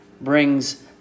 brings